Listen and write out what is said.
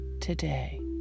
today